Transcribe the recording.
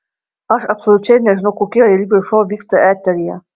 aš absoliučiai nežinau kokie realybės šou vyksta eteryje